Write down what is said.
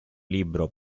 libro